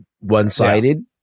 one-sided